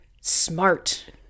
smart